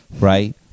right